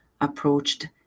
approached